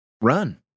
run